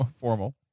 Formal